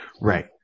Right